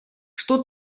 что